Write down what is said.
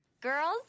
Girls